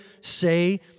say